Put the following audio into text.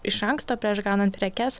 iš anksto prieš gaunant prekes